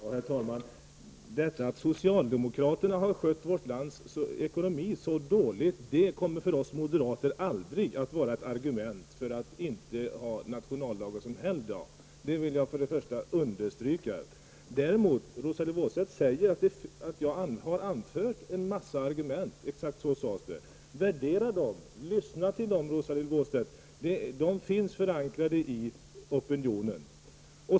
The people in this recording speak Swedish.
Herr talman! Att socialdemokraterna har skött vårt lands ekonomi så dåligt kommer för oss moderater aldrig att vara ett argument för att inte ha nationaldagen som helgdag. Det vill jag understryka. Rosa-Lill Wåhlstedt sade att jag har anfört en massa argument. Exakt så sade hon. Värdera dem, lyssna till dem, Rosa-Lill Wåhlstedt! De finns förankrade i opinionen.